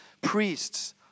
priests